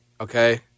okay